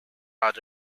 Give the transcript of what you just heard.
are